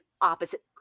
opposite